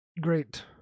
great